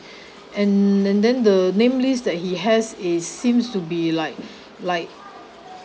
and and then the name list that he has is seems to be like like